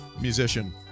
musician